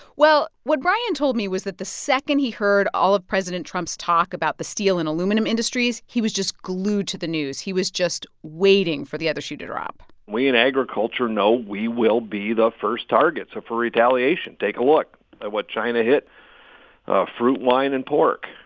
well, what brian told me was that the second he heard all of president trump's talk about the steel and aluminum industries, he was just glued to the news. he was just waiting for the other shoe to drop we in agriculture know we will be the first targets for retaliation. take a look at what china hit fruit, wine and pork.